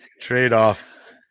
Trade-off